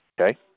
okay